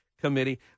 committee